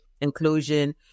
inclusion